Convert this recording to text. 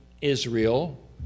Israel